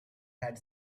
had